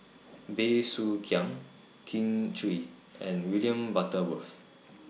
Bey Soo Khiang Kin Chui and William Butterworth